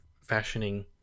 fashioning